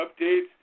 updates